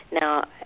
Now